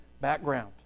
background